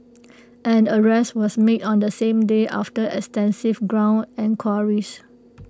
an arrest was made on the same day after extensive ground enquiries